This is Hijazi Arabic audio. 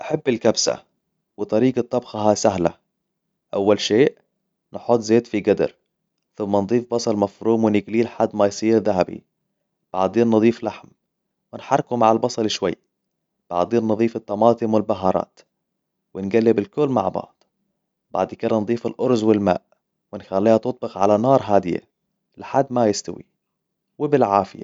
أحب الكبسة، وطريقة طبخها سهلة. أول شيء، نحط زيت في قدر، ثم نضيف بصل مفروم ونقليه لحد ما يصير دهبي. بعدين نضيف لحم، ونحركه مع البصل شوي، بعدين نضيف الطماطم والبهارات، ونقلب الكل مع بعض. بعد كدا نضيف الأرز والماء، ونخليها تطبخ على نار هادية لحد ما يستوي وبالعافية.